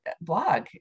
blog